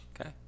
Okay